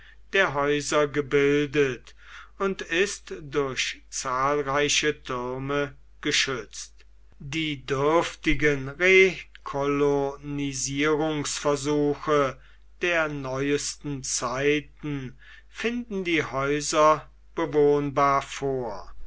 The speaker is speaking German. der häuser gebildet und ist durch zahlreiche türme geschützt die dürftigen rekolonisierungsversuche der neuesten zeiten finden die häuser bewohnbar vor